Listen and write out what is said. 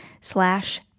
slash